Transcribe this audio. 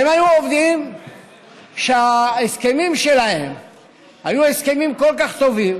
והם היו עובדים שההסכמים שלהם היו הסכמים כל כך טובים